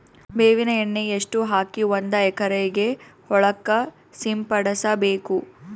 ಬೇವಿನ ಎಣ್ಣೆ ಎಷ್ಟು ಹಾಕಿ ಒಂದ ಎಕರೆಗೆ ಹೊಳಕ್ಕ ಸಿಂಪಡಸಬೇಕು?